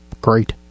great